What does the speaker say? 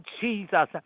jesus